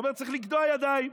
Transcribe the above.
אומר שצריך לגדוע ידיים.